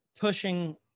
pushing